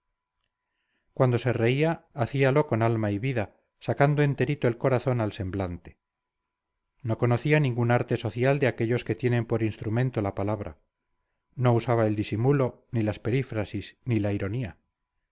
cuando se reía hacíalo con alma y vida sacando enterito el corazón al semblante no conocía ningún arte social de aquellos que tienen por instrumento la palabra no usaba el disimulo ni las perífrasis ni la ironía